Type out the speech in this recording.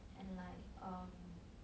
and like um